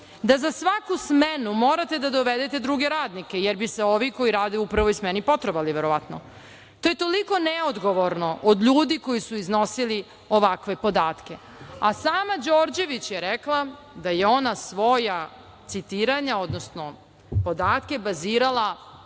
da za svaku smenu morate da dovedete druge radnike, jer bi se ovi koji rade u prvoj smeni potrovali, verovatno. To je toliko neodgovorno od ljudi koji su iznosili ovakve podatke, a sama Đorđević je rekla da je ona svoja citiranja, odnosno podatke bazirala